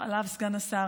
סגן השר,